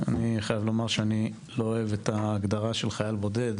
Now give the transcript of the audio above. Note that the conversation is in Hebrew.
אני חייב לומר שאני לא אוהב את ההגדרה של חייל בודד,